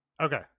Okay